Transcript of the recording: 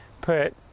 put